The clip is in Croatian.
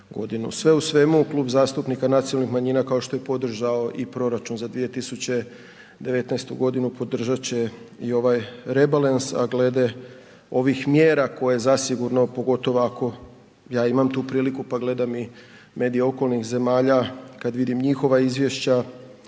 Sve u svemu, Klub zastupnika nacionalnih manjina kao što je podržao i proračun za 2019.g., podržat će i ovaj rebalans, a glede ovih mjera koje zasigurno, pogotovo ako, ja imam tu priliku, pa gledam i medije okolnih zemalja, kad vidim njihova izvješća